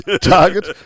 Target